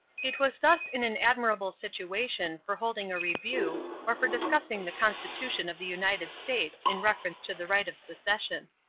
it was thus in an admirable situation for holding a review or for discussing the constitution of the united states in reference to the right of secession.